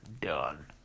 Done